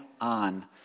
on